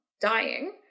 dying